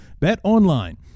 BetOnline